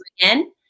again